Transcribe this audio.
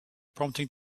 prompting